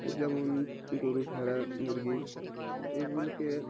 যেমন গরু ভেড়া মুরগি এগুলোকে